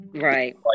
Right